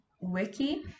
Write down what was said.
Wiki